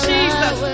Jesus